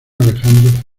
alejandro